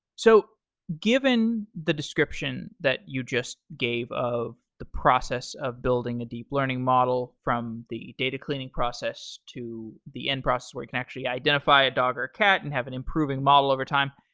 so given the description that you just gave of the process of building a deep learning model, from the data cleaning process to the end process, where you can actually identify a dog or a cat, and have an improving model over time,